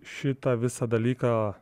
šitą visą dalyką